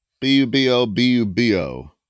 B-U-B-O-B-U-B-O